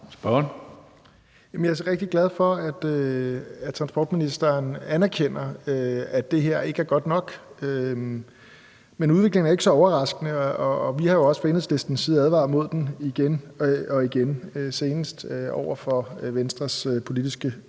Jeg er rigtig glad for, at transportministeren anerkender, at det her ikke er godt nok. Men udviklingen er ikke så overraskende, og vi har jo også fra Enhedslistens side advaret imod den igen og igen, senest over for Venstres daværende politiske